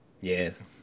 Yes